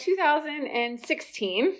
2016